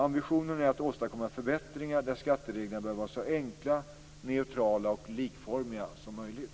Ambitionen är att åstadkomma förbättringar där skattereglerna bör vara så enkla, neutrala och likformiga som möjligt.